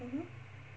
mmhmm